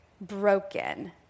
broken